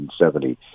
1970